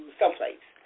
someplace